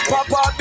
Papa